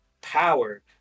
power